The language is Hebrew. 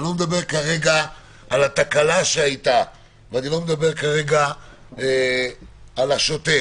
אני לא מדבר כרגע על התקלה שהיתה ולא על השוטף.